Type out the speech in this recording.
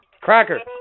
Cracker